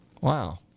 Wow